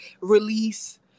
release